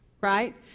Right